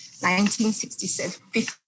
1967